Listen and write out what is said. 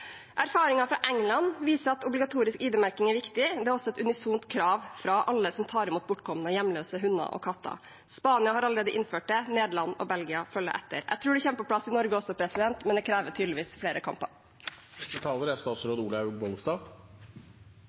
Erfaringer fra England viser at obligatorisk ID-merking er viktig. Det er også et unisont krav fra alle som tar imot bortkomne og hjemløse hunder og katter. Spania har allerede innført det. Nederland og Belgia følger etter. Jeg tror det kommer på plass i Norge også, men det krever tydeligvis flere kamper. Identitetsmerking av dyr er